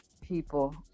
people